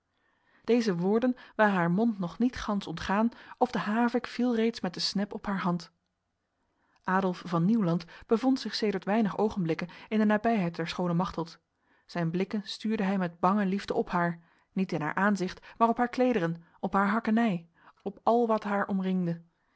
deze woorden waren haar mond nog niet gans ontgaan of de havik viel reeds met de snep op haar hand adolf van nieuwland bevond zich sedert weinig ogenblikken in de nabijheid der schone machteld zijn blikken stuurde hij met bange liefde op haar niet in haar aanzicht maar op haar klederen op haar hakkenij op al wat haar omringde